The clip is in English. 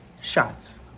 shots